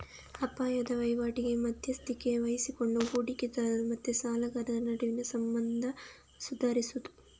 ಅಪಾಯದ ವೈವಾಟಿಗೆ ಮಧ್ಯಸ್ಥಿಕೆ ವಹಿಸಿಕೊಂಡು ಹೂಡಿಕೆದಾರರು ಮತ್ತೆ ಸಾಲಗಾರರ ನಡುವಿನ ಸಂಬಂಧ ಸುಧಾರಿಸುದು